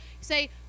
say